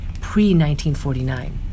pre-1949